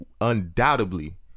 undoubtedly